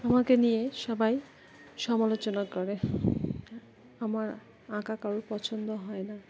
আমাকে নিয়ে সবাই সমালোচনা করে আমার আঁকা কারোর পছন্দ হয় না